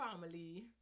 family